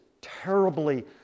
terribly